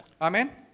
Amen